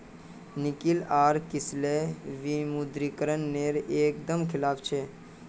निकिल आर किसलय विमुद्रीकरण नेर एक दम खिलाफ छे